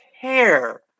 care